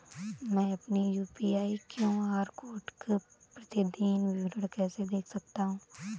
मैं अपनी UPI QR code का प्रतीदीन विवरण कैसे देख सकता हूँ?